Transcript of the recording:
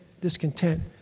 discontent